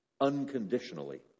unconditionally